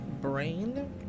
brain